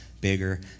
bigger